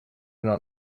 not